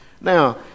Now